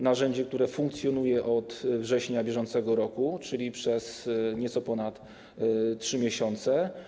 Narzędzie, które funkcjonuje od września br., czyli nieco ponad 3 miesiące.